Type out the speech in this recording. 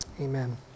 Amen